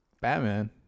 Batman